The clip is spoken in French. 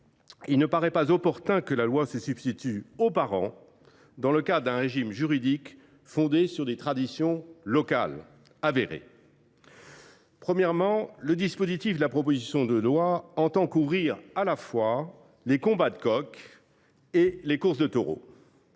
il ne semble pas opportun que la loi se substitue aux parents dans le cadre d’un régime juridique reposant sur des traditions locales avérées. La proposition de loi entend couvrir à la fois les combats de coqs et les courses de taureaux.